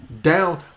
down